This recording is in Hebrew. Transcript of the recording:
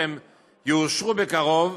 שיאושרו בקרוב,